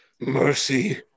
Mercy